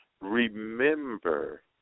Remember